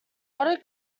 otto